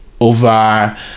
over